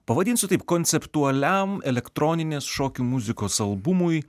pavadinsiu taip konceptualiam elektroninės šokių muzikos albumui